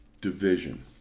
division